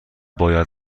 باید